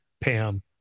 pam